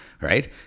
right